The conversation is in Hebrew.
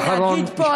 להגיד פה,